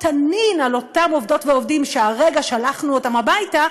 תנין על אותם עובדות ועובדים שהרגע שלחנו אותם הביתה,